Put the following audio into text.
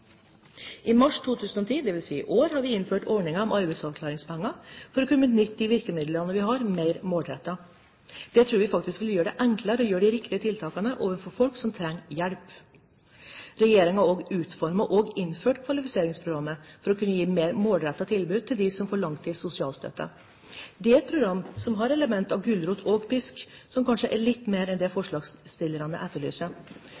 I mars 2010, dvs. i år, innførte vi ordningen med arbeidsavklaringspenger for å kunne benytte de virkemidlene vi har, mer målrettet. Det tror vi faktisk vil gjøre det enklere å gjøre de riktige tiltakene overfor folk som trenger hjelp. Regjeringen har også utformet og innført kvalifiseringsprogrammet for å kunne gi et mer målrettet tilbud til dem som får langtidssosialstøtte. Det er et program som har et element av gulrot og pisk, som er litt mer enn det forslagsstillerne etterlyser.